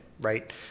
right